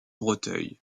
breteuil